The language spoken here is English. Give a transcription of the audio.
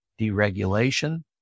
deregulation